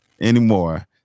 anymore